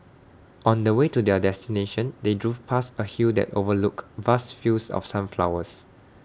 on the way to their destination they drove past A hill that overlooked vast fields of sunflowers